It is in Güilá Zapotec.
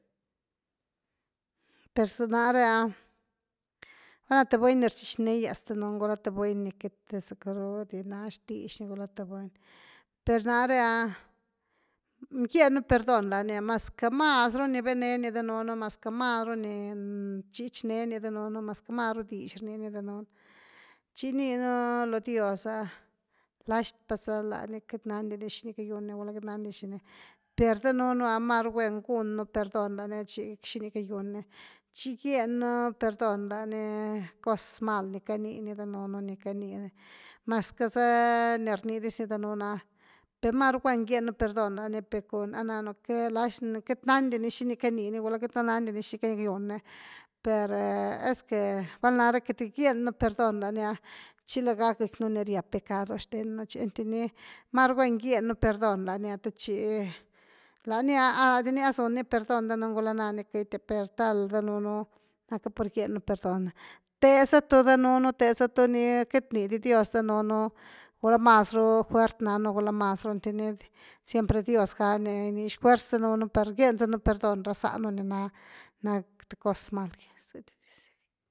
Per zanare ah, valna th buny ni rchichne’gias danunu, gula th buny ni queity sackru’di na xtix nigula th buny, per na’re ah gieñnu perdón lani ah mas’ca mas ru ni veneeni danu mas ‘ca mas ru ni rchichneni danun, mas’ca maru dix rnini danun, chi gininu lo dios ah laxt pasa lani queity nandini xini cayuni gula queity nandini xini, per danunu ah maruguen gunu perdón lani chi xini cayuni, chi gieñnu perdón lani cos mal nicanini danunu, nicani mas ca za ni rnidis ni danunu h, per maru guen gieñnu perdón lani, per a nanu que laxt lani queity nandini xini caniini, queity sa nandini xini cayuni per esque bval’nare queity gieñnu perdón lani ha, chi laga gequinu ni riab pecado xtennu chi, einty ni maru guen gieñnu perdson lani ah te chi, lani ah ladini a sun ni perdón gula nani queity ah per tal danunu napnu que gieñnu perdón, teza tu danunu, teza tuni, queity bni di dios danunu gula mas ru fuert nanu gula mas ru einty ni siempre dios gani ginix fuerz danunu par gieñ zanu perdón ra zanu ni na th cos mal gy.